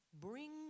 bring